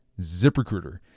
ZipRecruiter